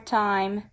time